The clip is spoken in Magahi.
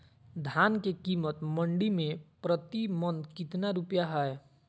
धान के कीमत मंडी में प्रति मन कितना रुपया हाय?